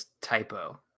typo